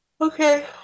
Okay